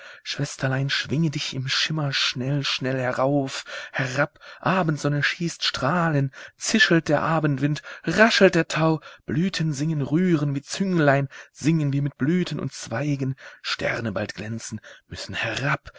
schwesterlein schwinge dich im schimmer schnell schnell herauf herab abendsonne schießt strahlen zischelt der abendwind raschelt der tau blüten singen rühren wir zünglein singen wir mit blüten und zweigen sterne bald glänzen müssen herab